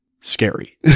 scary